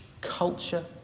culture